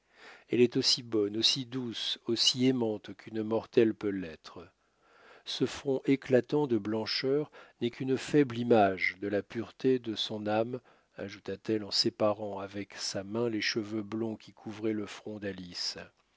elle est aussi bonne aussi douce aussi aimante qu'une mortelle peut l'être ce front éclatant de blancheur n'est qu'une faible image de la pureté de son âme ajouta-t-elle en séparant avec sa main les cheveux blonds qui couvraient le front d'alice et